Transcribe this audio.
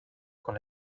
con